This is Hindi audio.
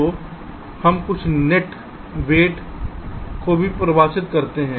तो हम कुछ वेट को भी परिभाषित कर सकते हैं